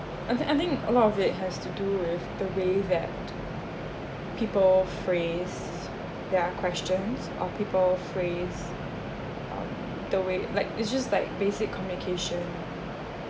I think I think a lot of it has to do with the way that people phrase their questions of people phrase um the way like it's just like basic communication